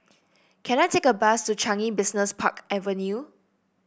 can I take a bus to Changi Business Park Avenue